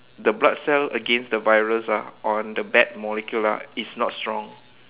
the blood cell against the virus ah on the bad molecule ah is not strong